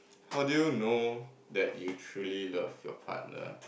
how do you know that you truly love your partner